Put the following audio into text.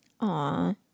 Aw